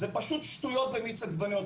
זה פשוט שטויות במיץ עגבניות,